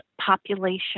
population